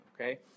okay